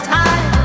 time